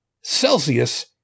Celsius